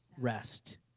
rest